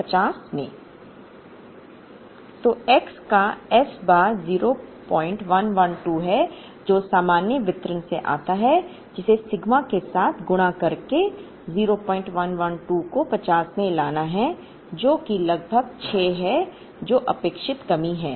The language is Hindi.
तो x का S बार 0112 है जो सामान्य वितरण से आता है जिसे सिग्मा के साथ गुणा करके 0112 को 50 में लाना है जो कि लगभग 6 है जो अपेक्षित कमी है